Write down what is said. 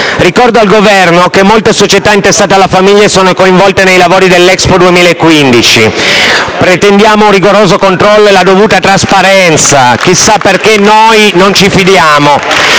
Ricordo al Governo che molte società intestate alla famiglia sono coinvolte nei lavori dell'Expo 2015. Pretendiamo un rigoroso controllo e la dovuta trasparenza. Chissà perché, noi non ci fidiamo.